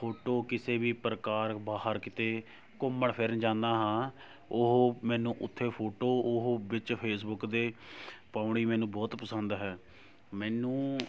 photo ਕਿਸੇ ਵੀ ਪ੍ਰਕਾਰ ਬਾਹਰ ਕਿਤੇ ਘੁੰਮਣ ਫਿਰਨ ਜਾਂਦਾ ਹਾਂ ਉਹ ਮੈਨੂੰ ਉੱਥੇ ਫੋਟੋ ਉਹ ਵਿੱਚ ਫੇਸਬੁੱਕ ਦੇ ਪਾਉਣੀ ਮੈਨੂੰ ਬਹੁਤ ਪਸੰਦ ਹੈ ਮੈਨੂੰ